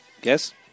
Guess